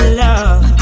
love